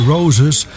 Roses